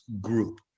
group